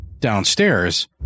Downstairs